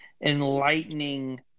enlightening